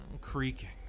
creaking